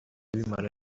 bimara